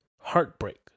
heartbreak